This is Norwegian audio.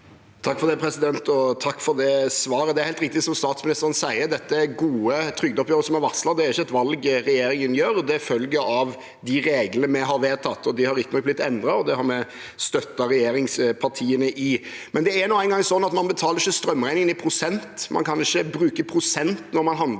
(R) Takk for svaret. Det er helt riktig som statsministeren sier: Dette er gode trygdeoppgjør som er varslet; det er ikke et valg regjeringen tar. Det følger av de reglene vi har vedtatt. De har riktignok blitt endret, og det har vi støttet regjeringspartiene i. Det er nå en gang slik at man ikke betaler strømregningen i prosent, og man kan ikke bruke prosent når man handler